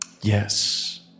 Yes